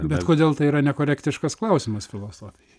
bet kodėl tai yra nekorektiškas klausimas filosofijai